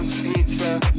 Pizza